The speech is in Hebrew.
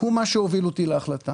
זה מה שהוביל אותי להחלטה.